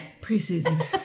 Preseason